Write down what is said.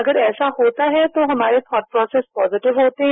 अगर ऐसा होता है तो हमारे थॉट प्रोसेस पॉजेटिव होते हैं